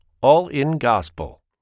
all-in-gospel